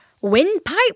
windpipe